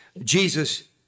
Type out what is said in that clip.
Jesus